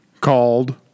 called